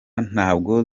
ntabwo